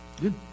Good